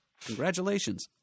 Congratulations